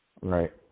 Right